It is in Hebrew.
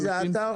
מי עתר